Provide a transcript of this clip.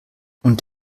und